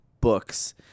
books